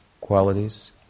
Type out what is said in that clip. qualities